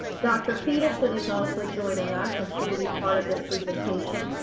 dr. peterson is also joining us and she will be part of this presentation.